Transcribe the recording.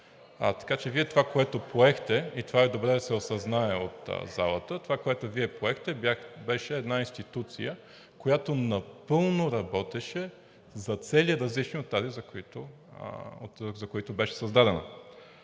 Така че това, което Вие поехте и е добре това да се знае от залата, че това, което Вие поехте, беше една институция, която напълно работеше за цели, различни от тези, за които беше създадена,